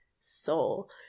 soul